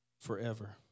forever